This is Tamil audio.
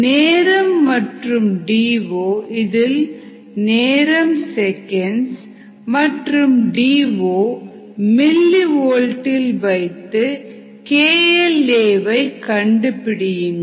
நேரம் மற்றும் டி ஓ இதில் நேரம் செகண்ட்ஸ் மற்றும் டிஓ மில்லி வோல்ட் இல் வைத்து KL a கண்டுபிடியுங்கள்